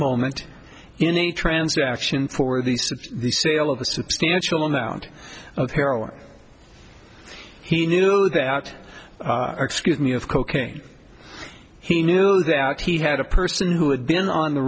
moment in a transaction for at least the sale of a substantial amount of heroin he knew that excuse me of cocaine he knew that he had a person who had been on the